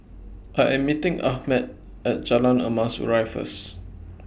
I Am meeting Ahmed At Jalan Emas Urai First